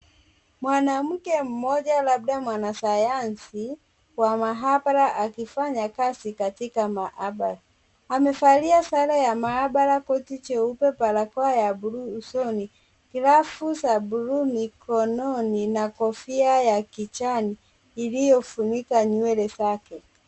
Mwanamke mmoja labda mwanasayansi wa maabara akifanya kazi katika maabara. Amevalia sare ya maabara koti jeupe, barakoa ya bluu usoni, glavu za bluu mikononi na kofia ya kijani iliyofunika nywele zake.